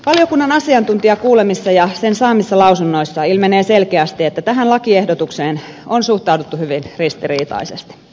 valiokunnan asiantuntijakuulemisissa ja sen saamissa lausunnoissa ilmenee selkeästi että tähän lakiehdotukseen on suhtauduttu hyvin ristiriitaisesti